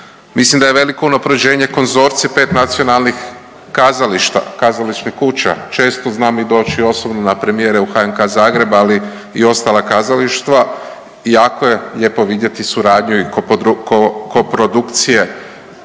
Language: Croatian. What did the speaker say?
Mislim da je veliko unaprjeđenje konzorcij 5 nacionalnih kazališta, kazališnih kuća, često znam i osobno doći na premijere u HNK Zagreb, ali i ostala kazališta i jako je lijepo vidjeti suradnju i koprodukcije